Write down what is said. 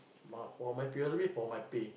but for my previously for my pay